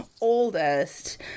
oldest